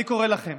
אני קורא לכם